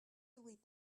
delete